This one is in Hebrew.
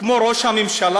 כמו ראש הממשלה,